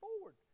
forward